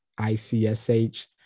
ICSH